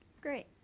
Great